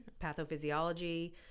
pathophysiology